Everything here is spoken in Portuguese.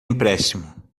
empréstimo